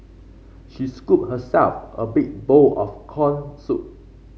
she scooped herself a big bowl of corn soup